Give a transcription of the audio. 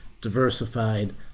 diversified